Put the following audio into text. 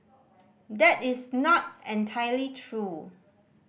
that is not entirely true